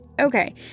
Okay